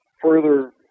further